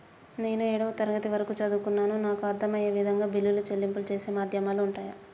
నేను ఏడవ తరగతి వరకు చదువుకున్నాను నాకు అర్దం అయ్యే విధంగా బిల్లుల చెల్లింపు చేసే మాధ్యమాలు ఉంటయా?